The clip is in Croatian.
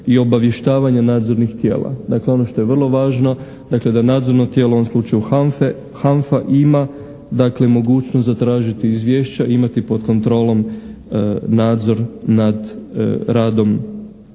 i obavještavanja nadzornih tijela. Dakle ono što je vrlo važno, dakle da nadzorno tijelo u ovom slučaju HANFA ima dakle mogućnost zatražiti izvješća i imati pod kontrolom nadzor nad radom